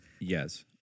yes